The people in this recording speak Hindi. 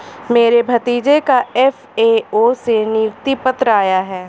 मेरे भतीजे का एफ.ए.ओ से नियुक्ति पत्र आया है